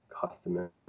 customer